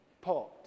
pot